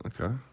Okay